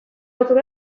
batzuk